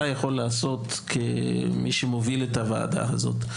יכול לעשות כמי שמוביל את הוועדה הזו.